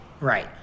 right